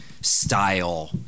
style